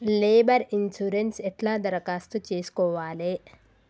Labour insurance ఎట్ల దరఖాస్తు చేసుకోవాలే?